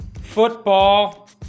football